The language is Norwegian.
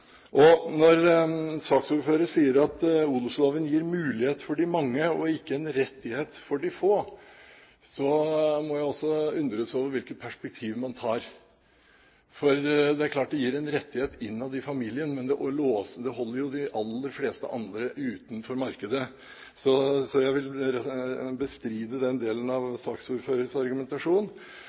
Når saksordføreren sier at odelsloven gir mulighet for de mange og ikke er en rettighet for de få, må jeg også undres over hvilke perspektiv man har. Det er klart den gir en rettighet innad i familien, men den holder jo de aller fleste andre utenfor markedet. Så jeg vil bestride den delen av saksordførerens argumentasjon.